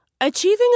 Achieving